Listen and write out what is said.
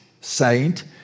saint